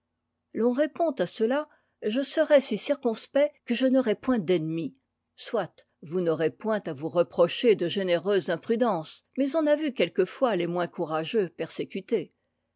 l'on répond à cela je serai si circonspect que je n'aurai point d'ennemis soit vous n'aurez point à vous reprocher de généreuses imprudences mais on a vu quelquefois les moins courageux persécutés